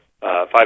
five